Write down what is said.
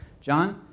John